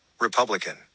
Republican